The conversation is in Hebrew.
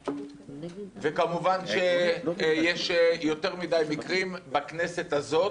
וכמובן שיש יותר מדיי מקרים בכנסת הזאת